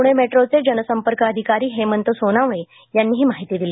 Pune metro चे जन सम्पर्क अधिकारी हेमंत सोनावाने यांनी ही माहिती दिली